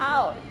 !ouch!